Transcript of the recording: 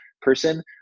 person